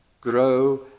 grow